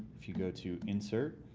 if you go to insert